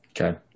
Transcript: Okay